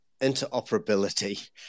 interoperability